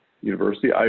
university